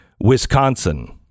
Wisconsin